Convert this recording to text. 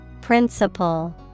Principle